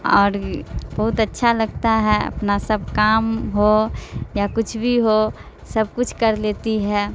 اور بہت اچھا لگتا ہے اپنا سب کام ہو یا کچھ بھی ہو سب کچھ کر لیتی ہے